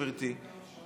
גברתי,